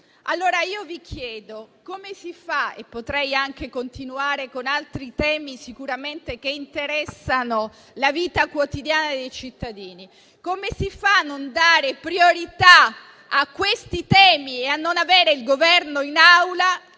Allora io vi chiedo come si fa - e potrei continuare con altri temi che interessano la vita quotidiana dei cittadini - a non dare priorità a questi temi e a non avere il Governo in Aula,